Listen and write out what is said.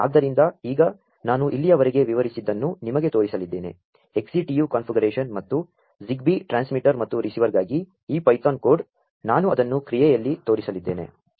ಆದ್ದರಿಂ ದ ಈಗ ನಾ ನು ಇಲ್ಲಿಯವರೆಗೆ ವಿವರಿಸಿದ್ದನ್ನು ನಿಮಗೆ ತೋ ರಿಸಲಿದ್ದೇ ನೆ XCTU ಕಾ ನ್ಫಿಗರೇ ಶನ್ ಮತ್ತು Zigbee ಟ್ರಾ ನ್ಸ್ಮಿಟರ್ ಮತ್ತು ರಿಸೀ ವರ್ಗಾ ಗಿ ಈ python code ನಾ ನು ಅದನ್ನು ಕ್ರಿಯೆಯಲ್ಲಿ ತೋ ರಿಸಲಿದ್ದೇ ನೆ